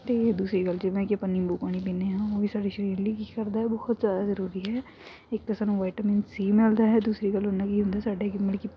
ਅਤੇ ਦੂਸਰੀ ਗੱਲ ਜਿਵੇਂ ਕਿ ਆਪਾਂ ਨਿੰਬੂ ਪਾਣੀ ਪੀਂਦੇ ਹਾਂ ਉਹ ਵੀ ਸਾਡੇ ਸਰੀਰ ਲਈ ਕੀ ਕਰਦਾ ਬਹੁਤ ਜ਼ਿਆਦਾ ਜ਼ਰੂਰੀ ਹੈ ਇੱਕ ਸਾਨੂੰ ਵਾਈਟਮੀਨ ਸੀ ਮਿਲਦਾ ਹੈ ਦੂਸਰੀ ਗੱਲ ਉਹਦੇ ਨਾਲ ਕੀ ਹੁੰਦਾ ਸਾਡੇ ਕਿ ਮਤਲਬ ਕਿ